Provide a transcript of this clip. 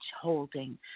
holding